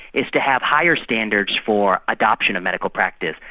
is to have higher standards for adoption of medical practice.